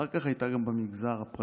אחר כך היא הייתה גם במגזר הפרטי,